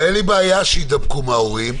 שחלקם אני מכיר וגם מעריך מאוד מאוד מאוד,